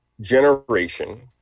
generation